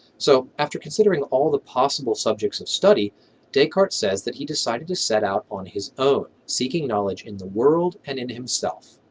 so after considering all the possible subjects of study descartes says that he decided to set out on his own, seeking knowledge in the world and in himself.